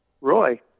Roy